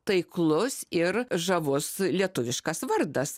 taiklus ir žavus lietuviškas vardas